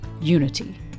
unity